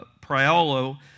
Priolo